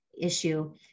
issue